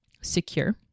secure